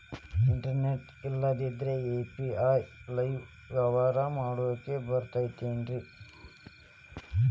Internet ಇಲ್ಲಂದ್ರ UPI ಲೇ ವ್ಯವಹಾರ ಮಾಡಾಕ ಬರತೈತೇನ್ರೇ?